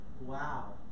Wow